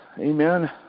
amen